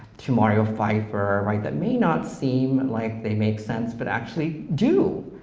to mario pfeifer that may not seem like they make sense, but actually do,